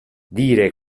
dire